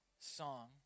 song